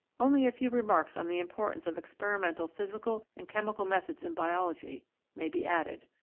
only a few remarks on the importance of experimental physical and chemical methods in biology may be added.